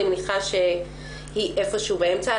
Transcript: אני מניחה שהיא איפשהו באמצע.